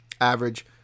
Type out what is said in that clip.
Average